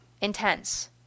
intense